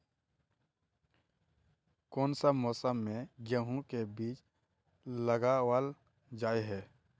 कोन सा मौसम में गेंहू के बीज लगावल जाय है